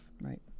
Right